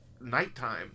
nighttime